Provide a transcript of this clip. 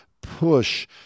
push